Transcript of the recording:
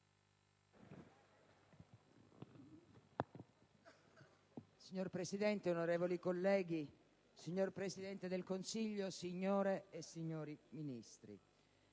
Signor Presidente, onorevoli colleghi, signor Presidente del Consiglio, signore e signori Ministri,